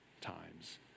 times